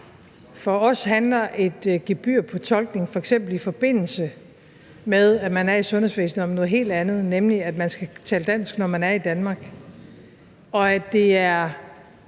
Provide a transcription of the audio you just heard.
For os handler et gebyr på tolkning, f.eks. i forbindelse med at man er i sundhedsvæsenet, om noget helt andet, nemlig at man skal tale dansk, når man er i Danmark, og at det er